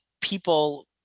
people